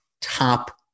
top